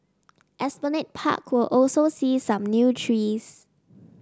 Esplanade Park will also see some new trees